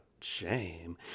shame